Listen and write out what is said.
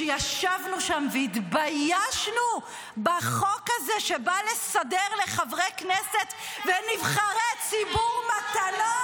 שישבנו שם והתביישנו בחוק הזה שבא לסדר לחברי כנסת ונבחרי ציבור מתנות.